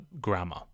grammar